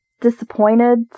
disappointed